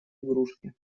игрушке